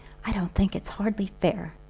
i don't think it's hardly fair,